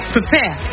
Prepare